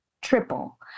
triple